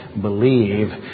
believe